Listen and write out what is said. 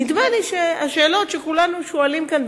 נדמה לי שהשאלות שכולנו שואלים כאן,